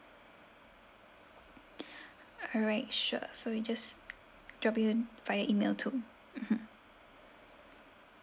alright sure so we just drop you via email to mmhmm